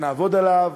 יהיה חוק שנעבוד עליו,